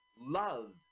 love